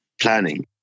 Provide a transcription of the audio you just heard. planning